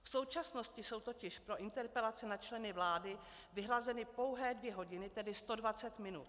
V současnosti jsou totiž pro interpelace na členy vlády vyhrazeny pouhé dvě hodiny, tedy 120 minut.